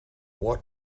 what